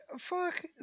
Fuck